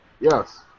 Yes